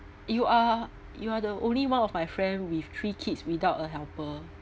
you are you are the only one of my friend with three kids without a helper